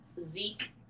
Zeke